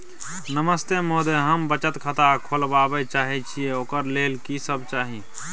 नमस्ते महोदय, हम बचत खाता खोलवाबै चाहे छिये, ओकर लेल की सब चाही?